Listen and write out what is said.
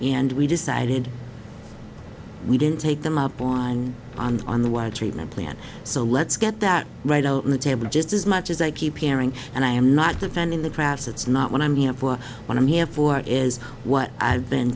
and we decided we didn't take them up on on on the water treatment plant so let's get that right on the table just as much as i keep hearing and i am not a fan in the grass it's not what i'm here for but i'm here for is what i've been